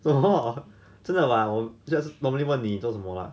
什么真的吗我 just normally 问你做什么吗